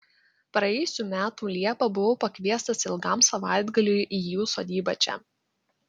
praėjusių metų liepą buvau pakviestas ilgam savaitgaliui į jų sodybą čia